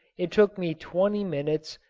it took me twenty minutes,